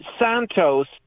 Santos